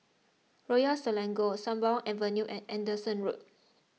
Royal Selangor Sembawang Avenue and Anderson Road